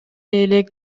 элек